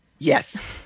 Yes